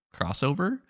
crossover